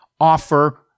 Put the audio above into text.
offer